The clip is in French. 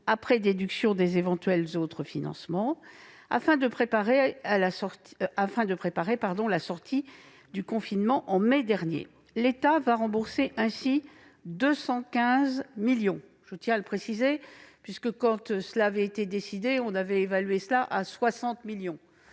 après déduction des éventuels autres financements, afin de préparer la sortie du confinement de mai dernier. L'État va ainsi rembourser 215 millions d'euros. J'y insiste, puisque, quand cela avait été décidé, on avait évalué le coût à 60 millions